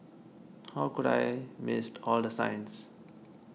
how could I missed all the signs